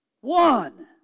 one